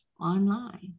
online